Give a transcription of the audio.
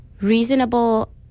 reasonable